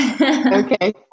Okay